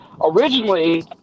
Originally